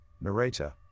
narrator